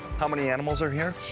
how many animals are here?